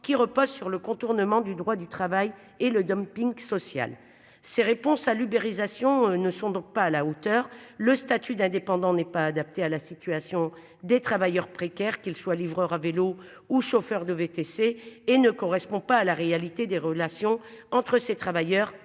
qui repose sur le contournement du droit du travail et le dumping social. Ses réponses à l'uberisation ne sont donc pas à la hauteur le statut d'indépendant n'est pas adapté à la situation des travailleurs précaires, qu'ils soient livreur à vélo ou chauffeurs de VTC et ne correspond pas à la réalité des relations entre ces travailleurs